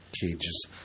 Cages